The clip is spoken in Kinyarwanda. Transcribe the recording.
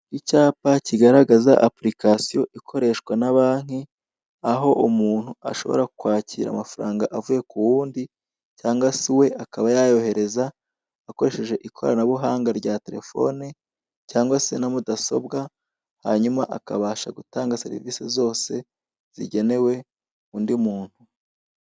Icyapa kigaragaza apurikasiyo ikoreshwa na banki, aho umuntu ashobora kwakira amafaranga avuye ku wundi cyangwa se we akaba yayohereza akoresheje ikoranabuhanga rya telefoni cyangwa se na mudasobwa, hanyuma akabasha gutanga serivisi zose zigenewe undi muntu.